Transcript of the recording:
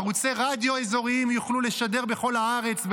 ערוצי רדיו אזוריים יוכלו לשדר בכל הארץ,